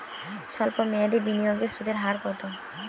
সল্প মেয়াদি বিনিয়োগের সুদের হার কত?